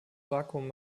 vakuum